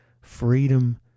freedom